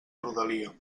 rodalia